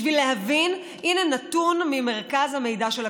בשביל להבין, הינה נתון ממרכז המידע של הכנסת,